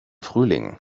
frühling